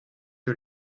que